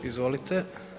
Izvolite.